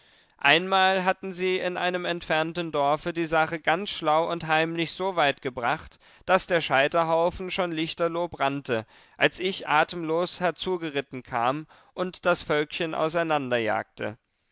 einmal hatten sie in einem entfernten dorfe die sache ganz schlau und heimlich soweit gebracht daß der scheiterhaufen schon lichterloh brannte als ich atemlos herzugeritten kam und das völkchen